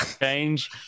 change